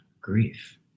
grief